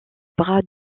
bras